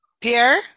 Pierre